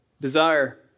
desire